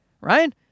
right